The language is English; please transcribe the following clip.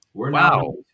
wow